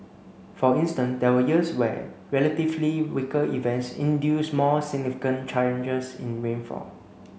for instance there were years where relatively weaker events induced more significant changes in rainfall